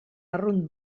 arrunt